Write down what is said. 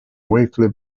weekly